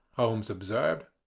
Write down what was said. holmes observed.